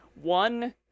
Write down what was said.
one